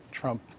Trump